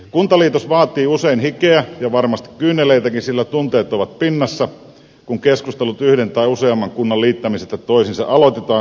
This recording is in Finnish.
kuntaliitos vaatii usein hikeä ja varmasti kyyneleitäkin sillä tunteet ovat pinnassa kun keskustelut yhden tai useamman kunnan liittämisestä toisiinsa aloitetaan